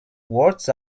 words